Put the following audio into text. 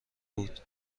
بود